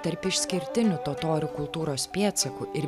tarp išskirtinių totorių kultūros pėdsakų ir